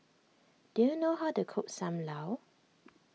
do you know how to cook Sam Lau